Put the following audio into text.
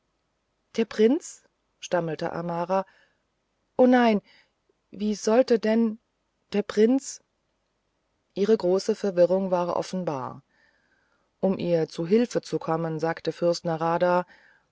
der prinz stammelte amara o nein wie sollte denn der prinz ihre große verwirrung war offenbar um ihr zu hilfe zu kommen sagte fürst narada